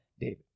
David